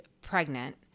pregnant